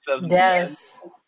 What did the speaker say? Yes